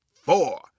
four